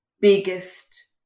biggest